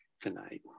tonight